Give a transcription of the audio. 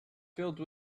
filled